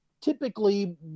typically